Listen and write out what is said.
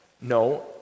No